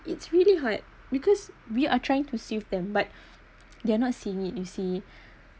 it's really hard because we are trying to save them but they're not seeing it you see